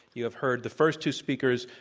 you haveheard the first two speakers,